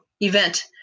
event